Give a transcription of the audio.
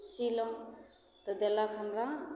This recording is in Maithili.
सीलहुँ तऽ देलक हमरा